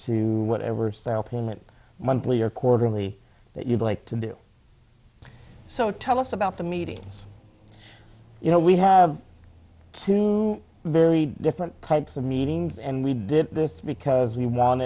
payment monthly or quarterly that you'd like to do so tell us about the meetings you know we have two very different types of meetings and we did this because we want